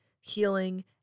healing